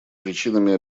причинами